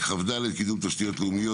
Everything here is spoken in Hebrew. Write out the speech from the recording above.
כ"ד (קידום תשתיות לאומיות),